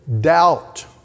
doubt